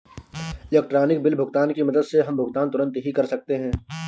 electronic bill भुगतान की मदद से हम भुगतान तुरंत ही कर सकते हैं